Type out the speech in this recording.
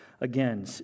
again